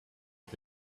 off